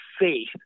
faith